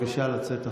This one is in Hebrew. בבקשה לצאת החוצה.